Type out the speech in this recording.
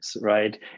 Right